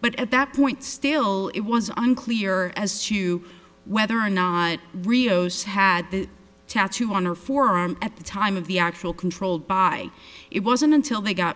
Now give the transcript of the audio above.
but at that point still it was unclear as to whether or not rios had the tattoo on her forearm at the time of the actual controlled by it wasn't until they got